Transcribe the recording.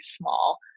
small